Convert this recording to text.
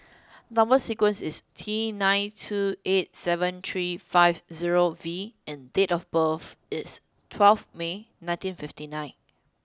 number sequence is T nine two eight seven three five zero V and date of birth is twelve May nineteen fifty nine